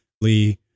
Lee